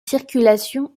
circulation